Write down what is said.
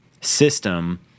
system